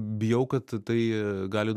bijau kad tai gali